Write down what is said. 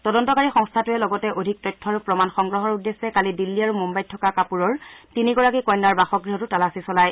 তদন্তকাৰী সংস্থাটোৰে লগতে অধিক তথ্য আৰু প্ৰমাণ সংগ্ৰহৰ উদ্দেশ্যে কালি দিল্লী আৰু মুন্নাইত থকা কাপুৰৰ তিনিগৰাকী কন্যাৰ বাসগৃহতো তালাচী চলায়